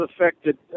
affected